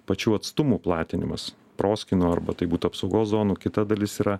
pačių atstumų platinimas proskynų arba tai būtų apsaugos zonų kita dalis yra